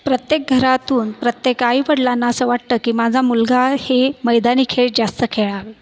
प्रत्येक घरातून प्रत्येक आईवडलांना असं वाटतं की माझा मुलगा हे मैदानी खेळ जास्त खेळावे